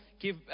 give